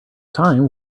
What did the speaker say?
time